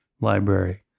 library